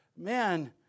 man